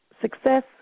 success